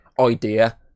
idea